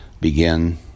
begin